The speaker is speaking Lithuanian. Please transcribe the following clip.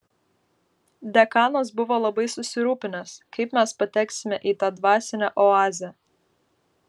dekanas buvo labai susirūpinęs kaip mes pateksime į tą dvasinę oazę